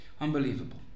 Unbelievable